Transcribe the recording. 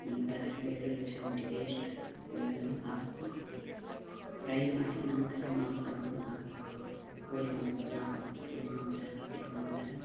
ನಂತರ ಬೆಳ್ಳುಳ್ಳಿ ಶುಂಠಿ ಪೇಸ್ಟ್ ಅನ್ನು ಹಾಕಿ ಪ್ರೈ ಮಾಡಿ ನಂತರ ಮಾಂಸವನ್ನು ಹಾಕಬೇಕು ಕೋಳಿ ಮಾಂಸವನ್ನು ಹಾಕಬೇಕು ಕೋಳಿ ಮಾಂಸ ಹಾಕಿದ ನಂತರ